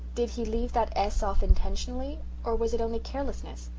did he leave that s off intentionally or was it only carelessness?